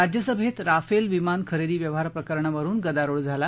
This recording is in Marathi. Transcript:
राज्यसभेत राफेल विमान खरेदी व्यवहार प्रकरणावरून गदारोळ झाला